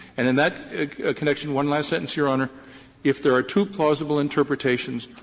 and in that connection one last sentence, your honor if there are two plausible interpretations,